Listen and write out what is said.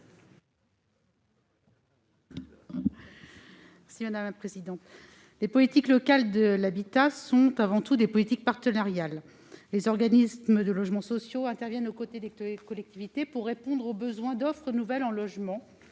n° 1590 rectifié . Les politiques locales de l'habitat sont avant tout des politiques partenariales. Les organismes de logement social interviennent aux côtés des collectivités pour répondre aux besoins de logements